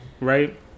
right